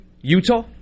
Utah